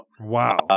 Wow